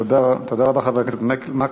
תודה רבה, חבר הכנסת מקלב.